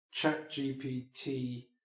ChatGPT